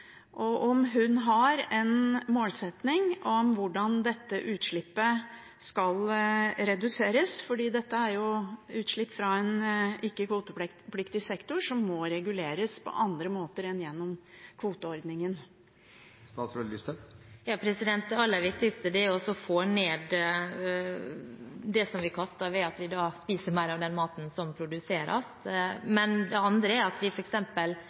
og om hun har en målsetting for hvordan dette utslippet skal reduseres, for dette er utslipp fra en ikke-kvotepliktig sektor som må reguleres på andre måter enn gjennom kvoteordningen. Det aller viktigste er å få ned mengden som vi kaster ved at vi spiser mer av den maten som produseres. Men det andre er at vi